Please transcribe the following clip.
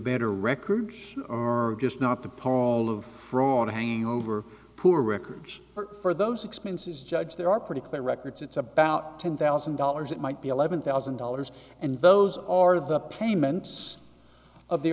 record or just not the paul of wrong to hang over poor records for those expenses judge there are pretty clear records it's about ten thousand dollars it might be eleven thousand dollars and those are the payments of the